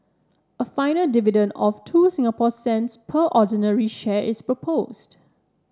a final dividend of two Singapore cents per ordinary share is proposed